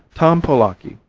tom polaki,